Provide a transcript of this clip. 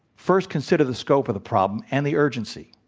first, consider the scope of the problem and the urgency.